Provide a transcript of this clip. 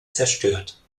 zerstört